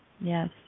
yes